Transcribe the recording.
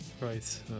Right